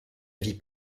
vie